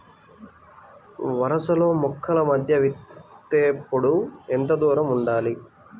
వరసలలో మొక్కల మధ్య విత్తేప్పుడు ఎంతదూరం ఉండాలి?